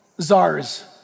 czars